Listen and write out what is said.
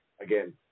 again